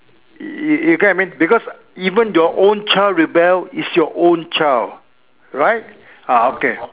you you you get what I mean because even your own child rebel is your own child right ah okay